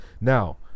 Now